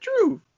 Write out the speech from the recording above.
true